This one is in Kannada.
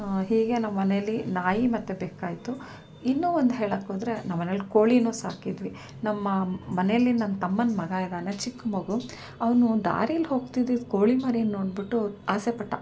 ಹೀಗೆ ನಮ್ಮ ಮನೆಯಲ್ಲಿ ನಾಯಿ ಮತ್ತು ಬೆಕ್ಕಾಯಿತು ಇನ್ನೂ ಒಂದು ಹೇಳೋಕ್ಕೋದ್ರೆ ನಮ್ಮ ಮನೆಯಲ್ ಕೋಳಿ ಸಾಕಿದ್ವಿ ನಮ್ಮ ಮನೆಯಲ್ಲಿ ನನ್ನ ತಮ್ಮನ ಮಗ ಇದ್ದಾನೆ ಚಿಕ್ಕ ಮಗು ಅವನು ದಾರಿಯಲ್ ಹೋಗ್ತಿದಿದ್ದು ಕೋಳಿ ಮರಿಯನ್ ನೋಡಿಬಿಟ್ಟು ಆಸೆ ಪಟ್ಟು